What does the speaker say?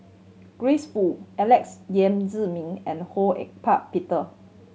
Grace Fu Alex Yam Ziming and Ho Peter